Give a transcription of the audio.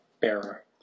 bearer